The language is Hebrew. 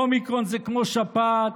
אומיקרון זה כמו שפעת,